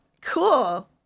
Cool